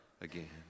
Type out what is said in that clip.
again